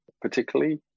particularly